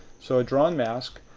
so a drawn mask.